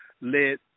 led